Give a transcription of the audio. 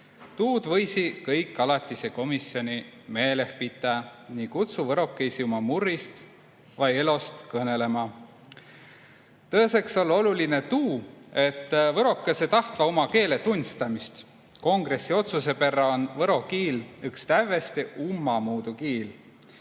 Tuud võisi kõik alatise komisjoni meeleh pitä ni kutsu võrokõisi oma murrist või elost kõnõlõma. Tõõsõks on oluline tuu, et võrokõsõ tahtva uma keele tunnistamist. Kongressi otsuse perrä on võro kiil üks tävveste ummamuudu kiil